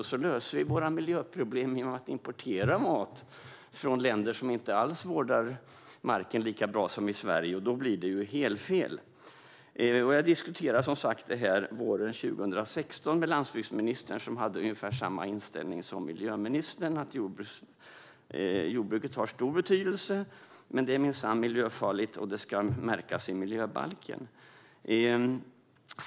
Då skulle vi lösa våra miljöproblem genom att importera mat från länder som inte alls vårdar marken lika bra som vi gör i Sverige. Det skulle bli helt fel. Jag diskuterade som sagt det här med landsbygdsministern våren 2016. Han hade ungefär samma inställning som miljöministern, nämligen att jordbruket har stor betydelse, men det är minsann miljöfarligt och det ska märkas i miljöbalken.